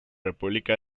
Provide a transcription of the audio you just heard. república